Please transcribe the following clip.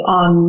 on